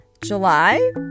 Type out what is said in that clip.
July